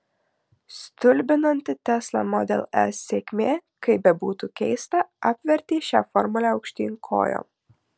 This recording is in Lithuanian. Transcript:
stulbinanti tesla model s sėkmė kaip bebūtų keista apvertė šią formulę aukštyn kojom